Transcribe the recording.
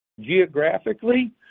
Geographically